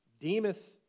Demas